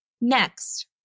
Next